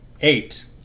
Eight